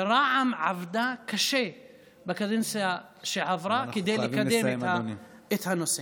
ורע"מ עבדה קשה בקדנציה שעברה כדי לקדם את הנושא.